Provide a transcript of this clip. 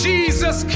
Jesus